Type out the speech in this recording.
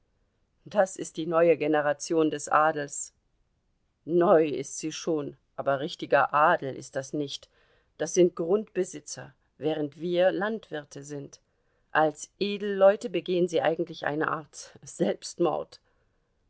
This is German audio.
das ist die neue generation des adels neu ist sie schon aber richtiger adel ist das nicht das sind grundbesitzer während wir landwirte sind als edelleute begehen sie eigentlich eine art selbstmord